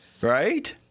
right